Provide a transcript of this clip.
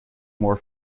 more